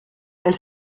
elle